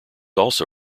also